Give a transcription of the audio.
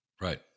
Right